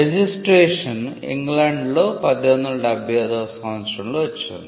registration ఇంగ్లాండ్లో 1875 వ సంవత్సరంలో వచ్చింది